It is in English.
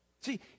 See